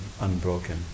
unbroken